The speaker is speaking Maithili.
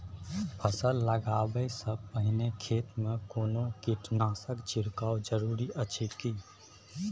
फसल लगबै से पहिने खेत मे कोनो कीटनासक छिरकाव जरूरी अछि की?